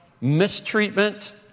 mistreatment